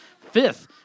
Fifth